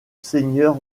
seigneur